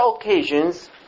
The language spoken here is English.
occasions